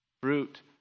Fruit